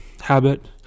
habit